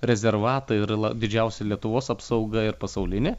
rezervatai ir didžiausi lietuvos apsauga ir pasaulinė